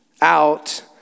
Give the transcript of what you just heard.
out